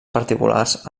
particulars